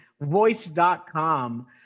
voice.com